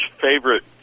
favorite